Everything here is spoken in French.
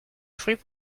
fruits